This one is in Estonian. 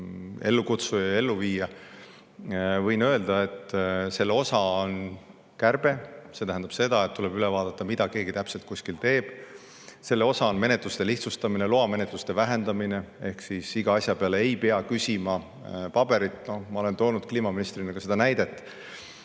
ellukutsuja ja elluviija, võin öelda, et selle üks osa on kärbe. See tähendab, et tuleb üle vaadata, mida keegi täpselt kuskil teeb. Selle osa on menetluste lihtsustamine, loamenetluste vähendamine, ehk iga asja kohta ei pea küsima paberit. Ma olen kliimaministrina toonud näidet,